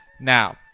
Now